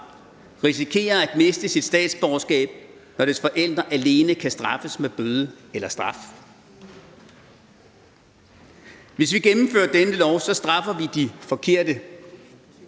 risikerer at miste sit statsborgerskab, når dets forældre alene kan straffes med bøde eller anden straf? Hvis vi gennemfører dette lovforslag, straffer vi de forkerte.